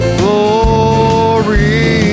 glory